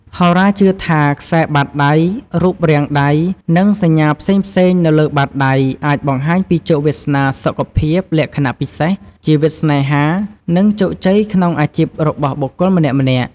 ហោរាជឿថា ខ្សែបាតដៃ រូបរាងដៃ និងសញ្ញាផ្សេងៗនៅលើបាតដៃ អាចបង្ហាញពីជោគវាសនា សុខភាព លក្ខណៈពិសេស ជីវិតស្នេហា និងជោគជ័យក្នុងអាជីពរបស់បុគ្គលម្នាក់ៗ។